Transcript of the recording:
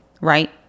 right